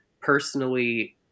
personally